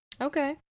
Okay